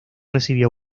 recibió